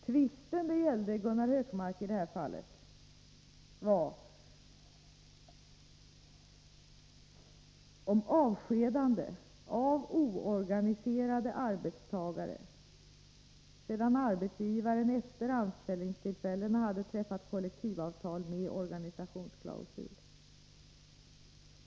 Tvisten i det här fallet, Gunnar Hökmark, gällde avskedande av oorganiserade arbetstagare sedan arbetsgivaren efter anställningstillfällena hade träffat kollektivavtal med organisationsklausul.